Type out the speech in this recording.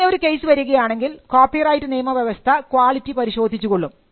അങ്ങനെ ഒരു കേസ് വരികയാണെങ്കിൽ കോപ്പിറൈറ്റ് നിയമവ്യവസ്ഥ ക്വാളിറ്റി പരിശോധിച്ചു കൊള്ളും